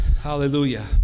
Hallelujah